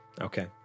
Okay